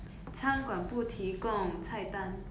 you will be served what will you be served